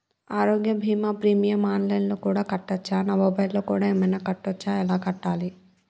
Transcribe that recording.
ఆరోగ్య బీమా premium online లో కూడా కట్టచ్చా? నా మొబైల్లో కూడా ఏమైనా కట్టొచ్చా? ఎలా కట్టాలి?